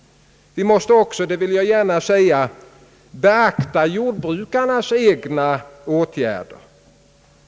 Vi måste också, det vill jag gärna säga, beakta jordbrukarnas egna åtgärder.